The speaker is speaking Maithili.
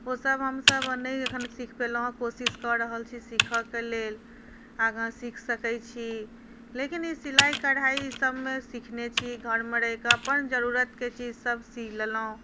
ओसब हमसब नहि एखन नहि सीखि पएलहुँ कोशिश कऽ रहल छी सिखऽके लेल आगाँ सीखि सकै छी लेकिन ई सिलाइ कढ़ाइ ईसबमे सिखने छी घरमे रहिकऽ अपन जरूरतके चीज सब सी लेलहुँ